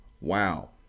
Wow